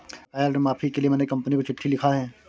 बकाया ऋण माफी के लिए मैने कंपनी को चिट्ठी लिखा है